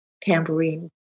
tambourine